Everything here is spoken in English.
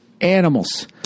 animals